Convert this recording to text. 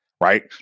right